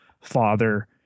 father